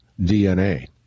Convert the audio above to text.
DNA